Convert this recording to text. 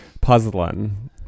puzzling